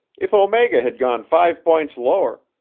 if omega had gone five points lower,